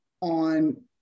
on